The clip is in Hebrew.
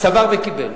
סבר וקיבל.